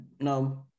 No